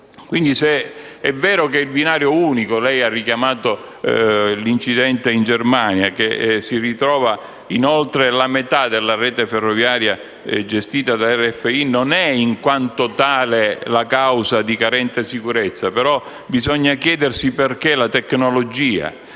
Quindi, se è vero che il binario unico - lei ha richiamato l'incidente in Germania - che si ritrova in oltre la metà della rete ferroviaria gestita dalla RFI non è in quanto tale la causa di carente sicurezza, bisogna chiedersi perché la tecnologia,